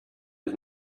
his